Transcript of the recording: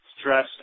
stress